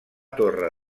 torre